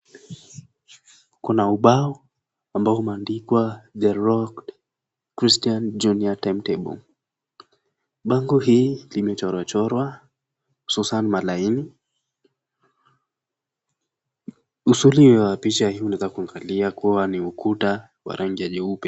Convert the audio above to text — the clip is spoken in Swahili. Kuna ubao ambao umeandikwa The Rock Christian Junior timetable . Bango hii limechorochorwa hususan malaini. Usuli wa picha hii unaweza kuangalia kuwa ni ukuta wa rangi ya nyeupe.